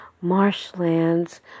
marshlands